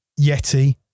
Yeti